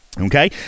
okay